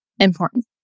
important